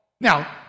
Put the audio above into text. Now